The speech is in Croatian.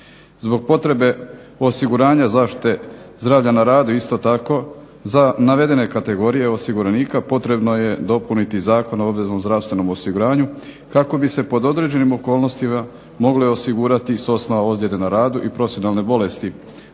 Zbog potrebe osiguranja zaštite zdravlja na radu isto tako za navedene kategorije osiguranika potrebno je dopuniti Zakon o obveznom zdravstvenom osiguranju kako bi se pod određenim okolnostima mogle osigurati s osnova ozljede na radu i profesionalne bolesti